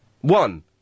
One